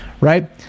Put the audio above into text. right